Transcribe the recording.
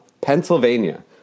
Pennsylvania